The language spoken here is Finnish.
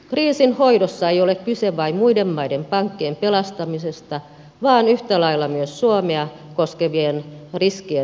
kriisin hoidossa ei ole kyse vain muiden maiden pankkien pelastamisesta vaan yhtä lailla myös suomea koskevien riskien minimoimisesta